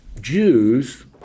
Jews